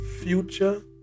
future